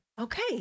Okay